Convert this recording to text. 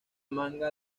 manga